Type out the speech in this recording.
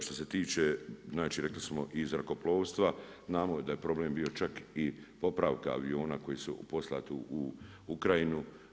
Što se tiče, znači rekli smo i zrakoplovstva, znamo da je problem bio čak i popravka aviona koji su poslati u Ukrajinu.